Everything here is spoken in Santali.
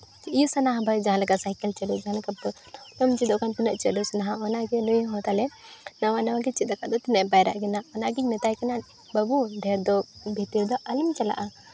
ᱡᱟᱦᱟᱸ ᱞᱮᱠᱟ ᱥᱟᱭᱠᱮᱞ ᱪᱟᱹᱞᱩ ᱡᱟᱦᱟᱸ ᱞᱮᱠᱟ ᱵᱟᱢ ᱚᱱᱟᱜᱮ ᱱᱩᱭ ᱦᱚᱸ ᱛᱟᱞᱮ ᱱᱟᱣᱟ ᱱᱟᱣᱟ ᱜᱮ ᱪᱮᱫ ᱟᱠᱟᱫ ᱫᱚ ᱛᱤᱱᱟᱹᱜ ᱮ ᱯᱟᱭᱨᱟᱜ ᱠᱟᱱᱟ ᱚᱱᱟᱜᱤᱧ ᱢᱮᱛᱟᱭ ᱠᱟᱱᱟ ᱵᱟᱹᱵᱩ ᱰᱷᱮᱨ ᱫᱚ ᱵᱷᱤᱛᱤᱨ ᱫᱚ ᱟᱞᱚᱢ ᱪᱟᱞᱟᱜᱼᱟ